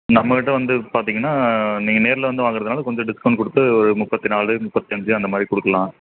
நம்மக் கிட்ட வந்து பார்த்திங்கன்னா நீங்கள் நேர்ல வந்து வாங்றதுனால கொஞ்சம் டிஸ்கௌண்ட் கொடுத்து முப்பத்தி நாலு முப்பத்தி அஞ்சு அந்த மாதிரி கொடுக்கலாம் கி